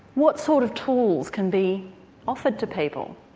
what sort of tools can be offered to people,